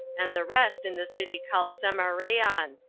and the rest in the city called semareon,